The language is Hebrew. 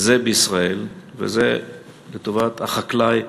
זה בישראל, וזה לטובת החקלאי,